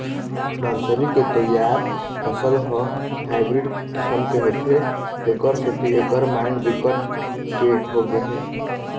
nursery के तइयार फसल ह हाइब्रिड किसम के होथे तेखर सेती एखर मांग बिकट के होगे हे